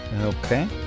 Okay